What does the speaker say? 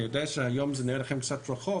אני יודע שזה נראה לכם קצת רחוק